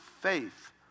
faith